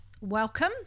welcome